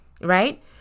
right